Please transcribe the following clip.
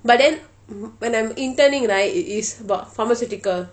but then mm when I'm interning right it is about pharmaceutical